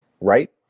right